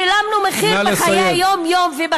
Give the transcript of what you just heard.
שילמנו מחיר בחיי היום-יום, נא לסיים.